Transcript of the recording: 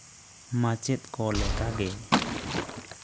ᱢᱟᱪᱮᱫ ᱠᱚ ᱞᱮᱠᱟᱜᱮ